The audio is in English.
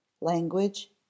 Language